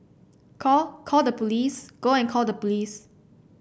call call the police go and call the police